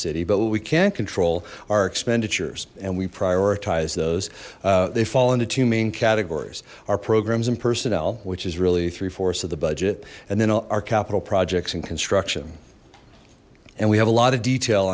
city but we can't control our expenditures and we prioritize those they fall into two main categories our programs in personnel which is really of the budget and then our capital projects in construction and we have a lot of detail